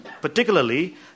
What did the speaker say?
Particularly